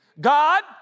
God